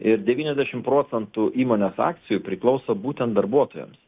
ir devyniasdešimt procentų įmonės akcijų priklauso būtent darbuotojams